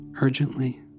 urgently